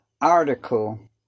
article